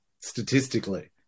statistically